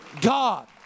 God